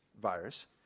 virus